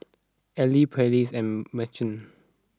Arely Pallies and Mercer